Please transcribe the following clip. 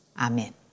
Amen